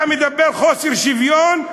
אתה מדבר על חוסר שוויון,